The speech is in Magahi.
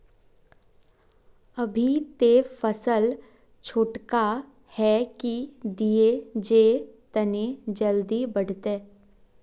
अभी ते फसल छोटका है की दिये जे तने जल्दी बढ़ते?